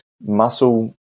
muscle